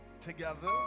together